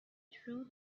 through